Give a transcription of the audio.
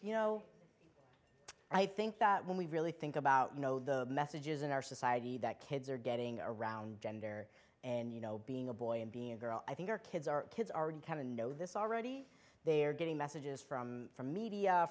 you know i think that when we really think about you know the messages in our society that kids are getting around gender and you know being a boy and being a girl i think our kids our kids are becoming know this already they're getting messages from from media